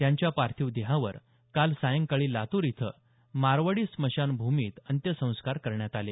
त्यांच्या पार्थिव देहावर काल सायंकाळी लातूर इथं मारवाडी स्मशान भूमीत अंत्यसंस्कार करण्यात आले